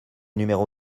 numéro